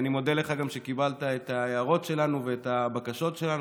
אני מודה לך גם על שקיבלת את ההערות שלנו ואת הבקשות שלנו,